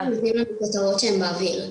תמיד נותנים לנו כותרות שהן באוויר.